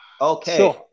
Okay